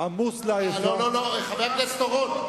עמוס לעייפה, אופיר, לא, לא, חבר הכנסת אורון.